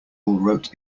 wrote